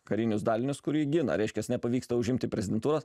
karinius dalinius kur jį gina reiškias nepavyksta užimti prezidentūros